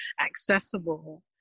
accessible